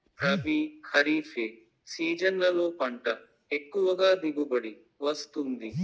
రబీ, ఖరీఫ్ ఏ సీజన్లలో పంట ఎక్కువగా దిగుబడి వస్తుంది